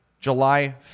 July